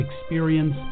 experience